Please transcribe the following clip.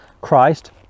Christ